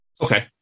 Okay